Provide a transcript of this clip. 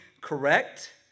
correct